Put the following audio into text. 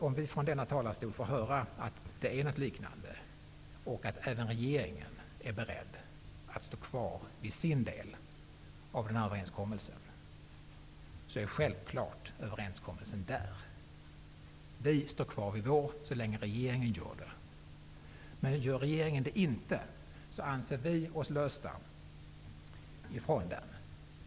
Om vi från denna talarstol får höra att det är något liknande, och att även regeringen är beredd att stå kvar vid sin del av överenskommelsen, är självfallet överenskommelsen där. Vi står kvar vid vår del så länge regeringen gör det. Men gör regeringen inte det, anser vi oss lösta från överenskommelsen.